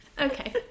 Okay